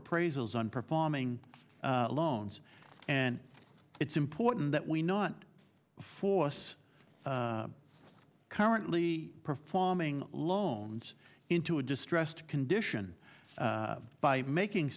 appraisals non performing loans and it's important that we not force currently performing loans into a distressed condition by making